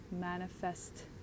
manifest